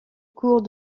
cours